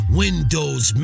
windows